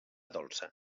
dolça